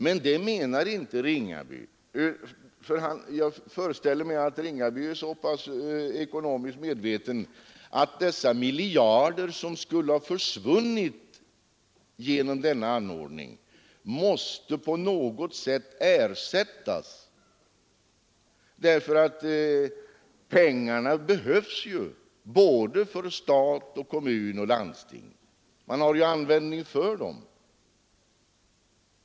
Herr Ringaby menar inte det heller — jag föreställer mig att han är så ekonomiskt medveten att han inser att de miljarder, som skulle ha , försvunnit genom denna anordning, måste på något vis ersättas. Pengarna behövs ju såväl för staten och för kommunerna som för landstingen — alla har användning för dem.